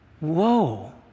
Whoa